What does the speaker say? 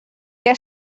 què